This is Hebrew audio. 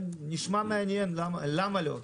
נשמע מעניין למה לא?